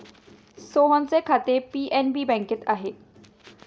सोहनचे खाते पी.एन.बी बँकेत आहे